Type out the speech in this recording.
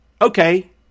okay